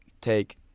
take